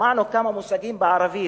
שמענו כמה מושגים בערבית,